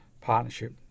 partnership